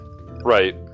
Right